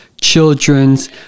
children's